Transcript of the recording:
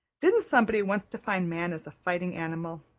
didn't somebody once define man as a fighting animal.